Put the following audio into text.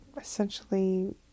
essentially